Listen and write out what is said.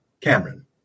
Cameron